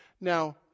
Now